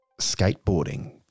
Skateboarding